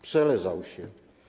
Przeleżał się.